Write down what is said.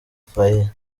faye